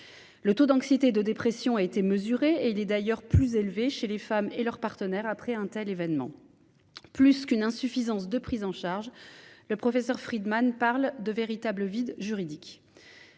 Les taux d'anxiété et de dépression ont été mesurés : ils sont plus élevés chez les femmes et leur partenaire après un tel événement. Plus qu'une insuffisance de prise en charge, le professeur Frydman parle d'un « véritable vide juridique